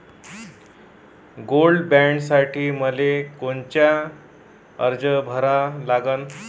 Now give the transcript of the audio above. Gold बॉण्डसाठी मले कोनचा अर्ज भरा लागन?